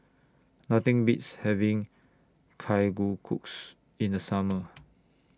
Nothing Beats having Kalguksu in The Summer